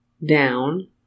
down